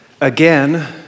Again